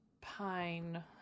pine